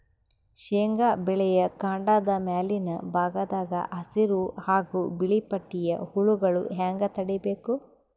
ಶೇಂಗಾ ಬೆಳೆಯ ಕಾಂಡದ ಮ್ಯಾಲಿನ ಭಾಗದಾಗ ಹಸಿರು ಹಾಗೂ ಬಿಳಿಪಟ್ಟಿಯ ಹುಳುಗಳು ಹ್ಯಾಂಗ್ ತಡೀಬೇಕು?